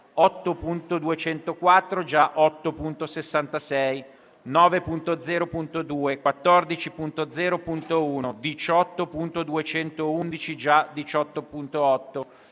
8.204 (già 8.66), 9.0.2, 14.0.1, 18.211 (già 18.8),